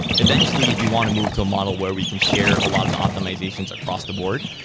eventually, we want to move to a model where we can share a lot of the optimizations across the board,